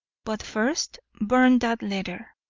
but first burn that letter.